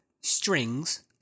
strings